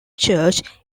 church